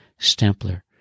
Stempler